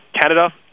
Canada